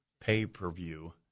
pay-per-view